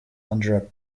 under